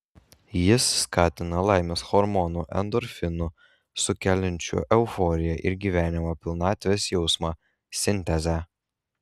jis skatina laimės hormonų endorfinų sukeliančių euforiją ir gyvenimo pilnatvės jausmą sintezę